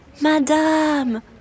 Madame